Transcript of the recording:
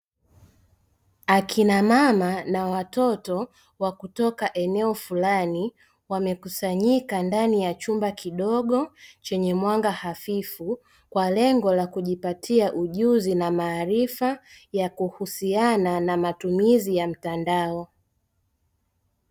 Akina mama na watoto wakutoka eneo fulani wamekusanyika ndani ya chumba kidogo chenye mwanga hafifu kwa lengo la kujipatia ujuzi na maarifa ya kuhusiana na matumizi ya mtandao,